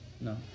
No